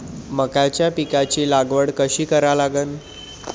मक्याच्या पिकाची लागवड कशी करा लागन?